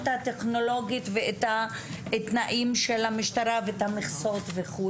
הטכנולוגית ואת התנאים של המשטרה ואת המכסות וכו',